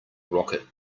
rocket